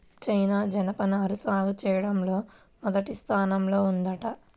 China జనపనార సాగు చెయ్యడంలో మొదటి స్థానంలో ఉందంట